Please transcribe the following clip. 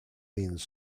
means